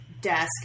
desk